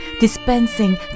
dispensing